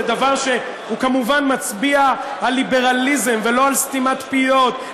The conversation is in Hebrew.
זה דבר שכמובן מצביע על ליברליזם ולא על סתימת פיות,